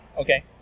okay